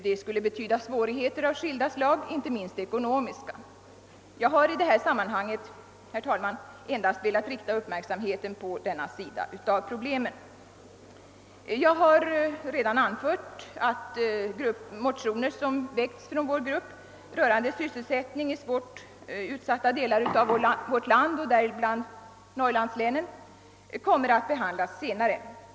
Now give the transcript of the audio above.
Det skulle betyda svårigheter av skilda slag, inte minst ekonomiska. Jag har i detta sammanhang endast velat rikta uppmärksamheten på denna sida av problemen. Herr talman! Jag har redan anfört att motioner som väckts från vår grupp rörande sysselsättning i särskilt svårt utsatta delar av vårt land, däribland Norrlandslänen, kommer att behandlas senare.